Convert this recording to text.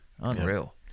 unreal